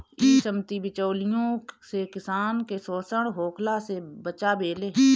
इ समिति बिचौलियों से किसान के शोषण होखला से बचावेले